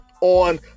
on